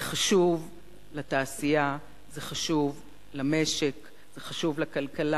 זה חשוב לתעשייה, זה חשוב למשק, זה חשוב לכלכלה,